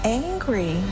angry